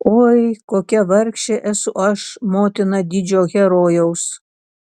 oi kokia vargšė esu aš motina didžio herojaus